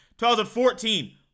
2014